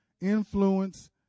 influence